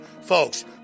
Folks